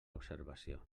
observació